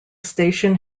station